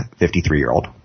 53-year-old